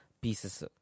pieces